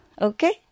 okay